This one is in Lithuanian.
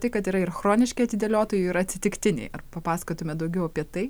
tai kad yra ir chroniški atidėliotojai yra atsitiktiniai ar papasakotumėt daugiau apie tai